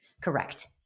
Correct